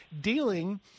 dealing